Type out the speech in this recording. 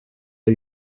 del